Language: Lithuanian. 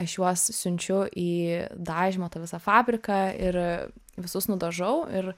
aš juos siunčiu į dažymo tą visą fabriką ir visus nudažau ir